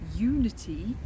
Unity